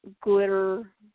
glitter